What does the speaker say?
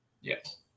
Yes